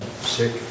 Sick